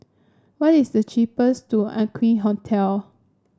what is the cheapest to Aqueen Hotel